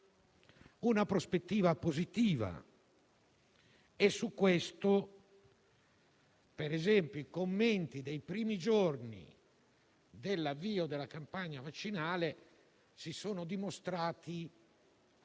una prospettiva positiva. A tal proposito, i commenti dei primi giorni dell'avvio della campagna vaccinale si sono dimostrati